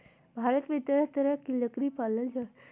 भारत में तरह तरह के लकरी पाल जा हइ